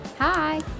Hi